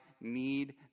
need